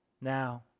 Now